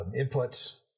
inputs